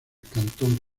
cantón